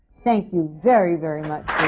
thank you very, very much